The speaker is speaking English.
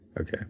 okay